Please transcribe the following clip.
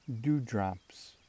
dewdrops